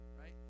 right